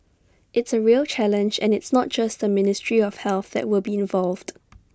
it's A real challenge and it's not just the ministry of health that will be involved